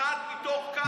אחד מתוך כמה,